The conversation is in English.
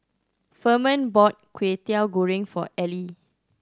Furman bought Kwetiau Goreng for Ely